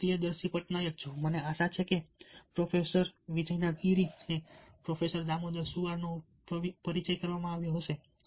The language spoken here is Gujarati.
હું પ્રિયદર્શી પટનાયક છું મને આશા છે કે તમે પ્રોફેસર વિજયનાથ ગીરી અને પ્રોફેસર દામોદર સુઆર નો પરિચય કરાવતા હશો